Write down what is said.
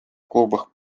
клубах